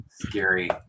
scary